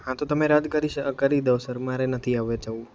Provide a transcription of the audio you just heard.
હાં તો તમે રદ કરીશ કરી દો સર મારે નથી હવે જવું